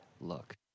look